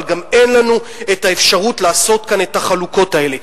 אבל גם אין לנו את האפשרות לעשות כאן את החלוקות האלה.